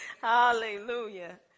Hallelujah